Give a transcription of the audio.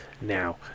now